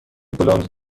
بلوند